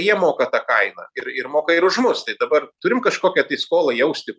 jie moka tą kainą ir ir moka ir už mus tai dabar turim kažkokią skolą jausti